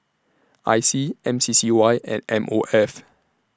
I C M C C Y and M O F